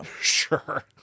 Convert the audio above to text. Sure